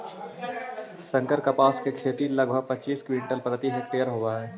संकर कपास के खेती लगभग पच्चीस क्विंटल प्रति हेक्टेयर होवऽ हई